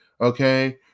okay